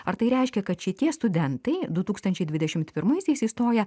ar tai reiškia kad šitie studentai du tūkstančiai dvidešimt pirmaisiais įstoję